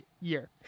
year